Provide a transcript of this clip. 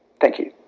thank you.